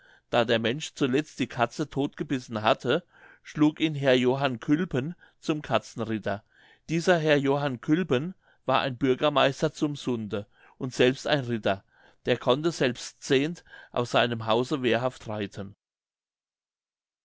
da der mensch zuletzt die katze todt gebissen hatte schlug ihn herr johann külpen zum katzenritter dieser herr johann külpen war ein bürgermeister zum sunde und selbst ein ritter der konnte selbst zehnt aus seinem hause wehrhaft reiten